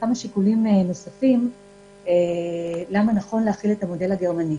כמה שיקולים נוספים למה נכון להחיל את המודל הגרמני.